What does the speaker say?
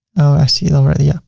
i see it already. yeah.